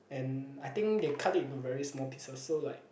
and I think they cut it into very small pieces so like